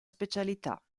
specialità